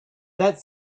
that